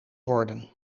worden